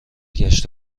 گشت